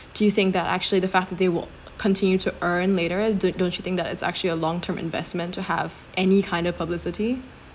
do you think that actually the fact that they will continue to earn later don't don't you think that it's actually a long term investment to have any kind of publicity